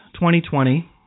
2020